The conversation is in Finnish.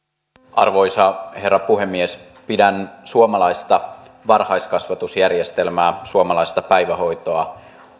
arvoisa herra puhemies pidän suomalaista varhaiskasvatusjärjestelmää suomalaista päivähoitoa